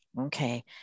Okay